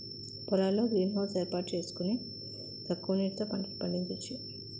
పొలాల్లో greenhouse ఏర్పాటు సేసుకొని తక్కువ నీటితో పంటలు పండించొచ్చు